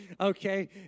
okay